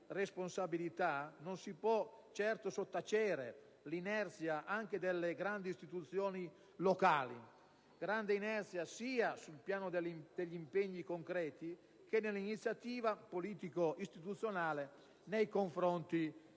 responsabilità, non si può certo sottacere l'inerzia anche delle grandi istituzioni locali: grande inerzia sia sul piano degli impegni concreti che nell'iniziativa politico-istituzionale nei confronti